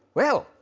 well,